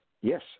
Yes